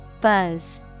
Buzz